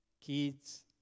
kids